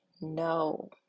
no